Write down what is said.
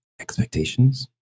expectations